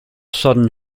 southern